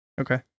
Okay